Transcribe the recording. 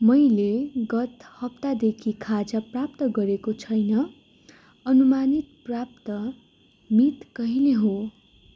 मैले गत हप्तादेखि खाजा प्राप्त गरेको छैन अनुमानित प्राप्त मिति कहिले हो